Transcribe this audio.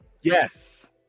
Yes